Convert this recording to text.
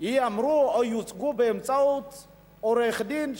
ייאמרו או יוצגו באמצעות עורך-דין.